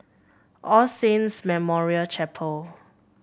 All Saints Memorial Chapel